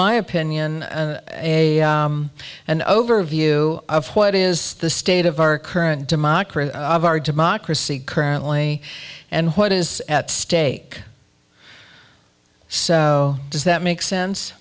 my opinion a an overview of what is the state of our current democracy of our democracy currently and what is at stake so does that make sense